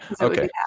Okay